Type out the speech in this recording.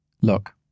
Look